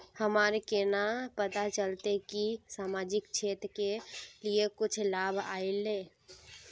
हमरा केना पता चलते की सामाजिक क्षेत्र के लिए कुछ लाभ आयले?